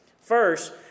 First